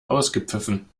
ausgepfiffen